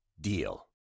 DEAL